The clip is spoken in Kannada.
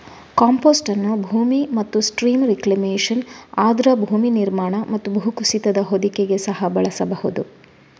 ಕಾಂಪೋಸ್ಟ್ ಅನ್ನು ಭೂಮಿ ಮತ್ತು ಸ್ಟ್ರೀಮ್ ರಿಕ್ಲೇಮೇಶನ್, ಆರ್ದ್ರ ಭೂಮಿ ನಿರ್ಮಾಣ ಮತ್ತು ಭೂಕುಸಿತದ ಹೊದಿಕೆಗೆ ಸಹ ಬಳಸಬಹುದು